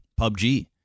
PUBG